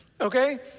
okay